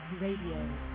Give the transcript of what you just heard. Radio